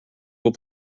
will